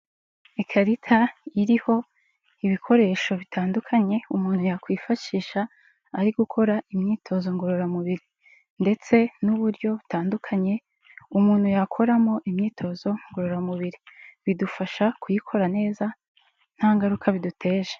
Ikarita iriho ibikoresho bitandukanye, umuntu yakwifashisha ari gukora imyitozo ngororamubiri ndetse n'uburyo butandukanye umuntu yakoramo imyitozo ngororamubiri, bidufasha kuyikora neza nta ngaruka biduteje.